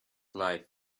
life